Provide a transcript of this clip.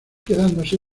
quedándose